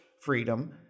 freedom